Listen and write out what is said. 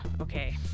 Okay